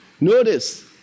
notice